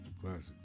Classic